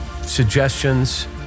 suggestions